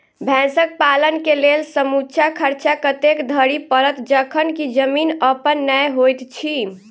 भैंसक पालन केँ लेल समूचा खर्चा कतेक धरि पड़त? जखन की जमीन अप्पन नै होइत छी